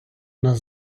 нас